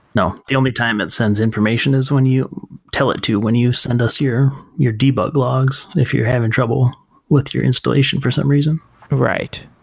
no. the only time it sends information is when you tell it to. when you send us here, your debug logs if you're having trouble with your installation for some reason right.